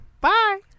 bye